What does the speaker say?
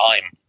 time